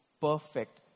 perfect